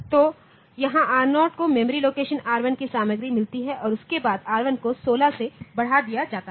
तो यहाँ R0 को मेमोरी लोकेशन R1 की सामग्री मिलती है उसके बाद R1 को 16 से बढ़ा दिया जाता है